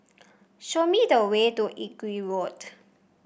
show me the way to Inggu Road